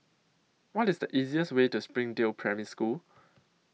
What IS The easiest Way to Springdale Primary School